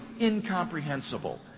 incomprehensible